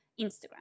Instagram